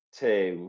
two